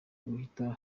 guhita